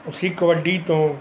ਅਸੀਂ ਕਬੱਡੀ ਤੋਂ